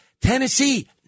Tennessee